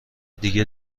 دیگه